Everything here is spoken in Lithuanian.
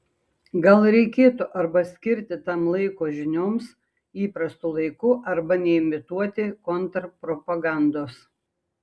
gal reikėtų arba skirti tam laiko žinioms įprastu laiku arba neimituoti kontrpropagandos